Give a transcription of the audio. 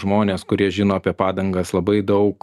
žmonės kurie žino apie padangas labai daug